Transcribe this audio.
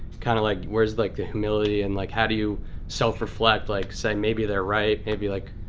kind of like, where's like the humility, and like, how do you self-reflect, like say, maybe they're right, maybe like,